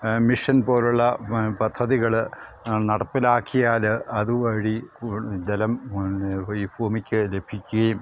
mission പോലുള്ള പദ്ധതികൾ നടപ്പിലാക്കിയാൽ അതുവഴി ജലം ഈ ഭൂമിക്ക് ലഭിക്കുകയും